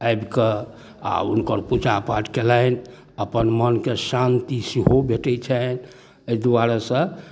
आबिकऽ आओर हुनकर पूजापाठ केलनि अपन मोनके शान्ति सेहो भेटै छनि एहि दुआरेसँ